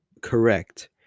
correct